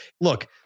look